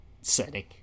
setting